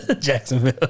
Jacksonville